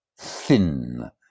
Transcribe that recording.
thin